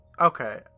okay